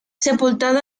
sepultado